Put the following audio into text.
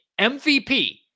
MVP